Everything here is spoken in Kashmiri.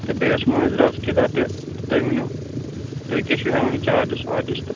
بیٚیہِ اوس مٲنزرٲژ کہِ دۄہ تہِ تُہۍ ؤنو تُہۍ کیاہ چھِو ہٮ۪وان یہِ چارجز وارجٔز تہٕ